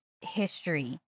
history